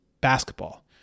basketball